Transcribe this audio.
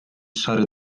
szary